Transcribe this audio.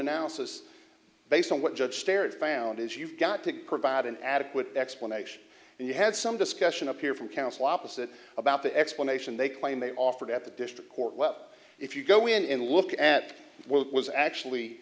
it's based on what judge perry found is you've got to provide an adequate explanation and you had some discussion up here from counsel opposite about the explanation they claim they offered at the district court well if you go in and look at what was actually